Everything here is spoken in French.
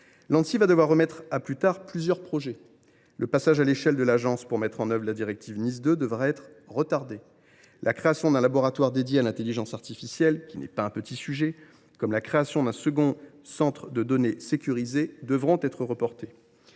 L’Anssi va devoir remettre à plus tard plusieurs projets : le passage à l’échelle de l’agence pour mettre en œuvre la directive NIS 2 () devra être retardé ; la création d’un laboratoire dédié à l’intelligence artificielle, qui n’est pas un petit sujet, et d’un second centre de données sécurisé devra être repoussée.